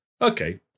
Okay